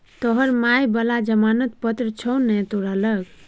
तोहर माय बला जमानत पत्र छौ ने तोरा लग